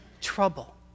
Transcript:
trouble